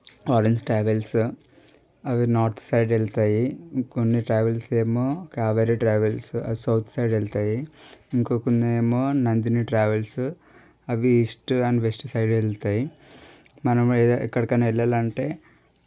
orange Travels అవి north side వెళ్తాయి కొన్ని ట్రావెల్స్ ఏమో కావేరీ ట్రావెల్స్ సౌత్ సైడ్ వెళ్తాయి ఇంకో కొన్నేమొ నందిని ట్రావెల్స్ అవి ఈస్ట్ అండ్ వెస్ట్ సైడ్ వెళ్తాయి మనము ఎ ఎక్కడికైనా వెళ్లాలంటే